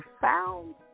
found